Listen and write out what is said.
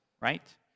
right